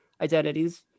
identities